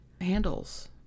handles